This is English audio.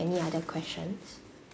any other questions